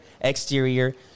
exterior